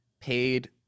paid